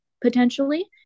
potentially